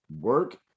work